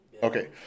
okay